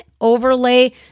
overlay